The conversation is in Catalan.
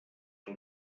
que